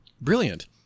Brilliant